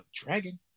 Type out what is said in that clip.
Dragon